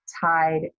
tied